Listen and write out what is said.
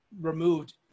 removed